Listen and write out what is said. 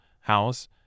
house